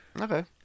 Okay